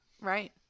Right